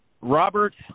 Robert